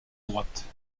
droite